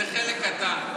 זה חלק קטן.